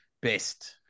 best